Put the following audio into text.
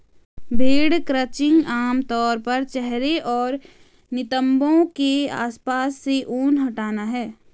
भेड़ क्रचिंग आम तौर पर चेहरे और नितंबों के आसपास से ऊन हटाना है